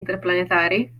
interplanetari